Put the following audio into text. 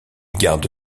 garde